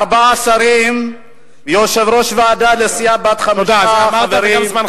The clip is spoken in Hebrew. ארבעה שרים ויושב-ראש ועדה לסיעה בת חמישה חברים.